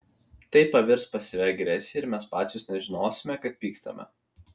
tai pavirs pasyvia agresija ir mes pačios nežinosime kad pykstame